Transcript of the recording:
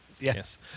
Yes